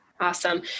Awesome